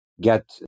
get